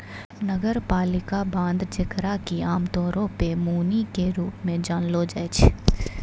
नगरपालिका बांड जेकरा कि आमतौरो पे मुनि के रूप मे जानलो जाय छै